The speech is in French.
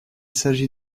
s’agit